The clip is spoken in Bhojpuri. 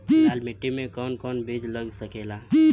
लाल मिट्टी में कौन कौन बीज लग सकेला?